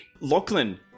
Lachlan